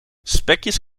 spekjes